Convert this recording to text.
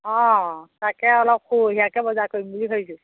অঁ তাকে অলপ শুহিয়াকৈ বজাৰ কৰিম বুলি ভাবিছোঁ